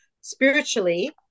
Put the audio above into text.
spiritually